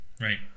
Right